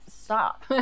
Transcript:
stop